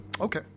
Okay